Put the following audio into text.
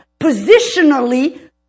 positionally